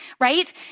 right